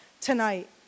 tonight